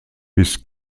bis